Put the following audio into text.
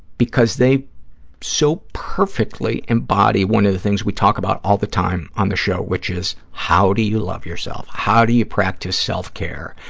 because they so perfectly embody one of the things we talk about all the time on the show, which is how do you love yourself, how do you practice self-care.